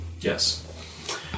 Yes